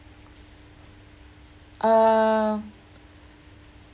err